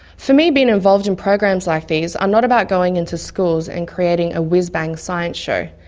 for me, being involved in programs like these are not about going into schools and creating a whiz bang science show.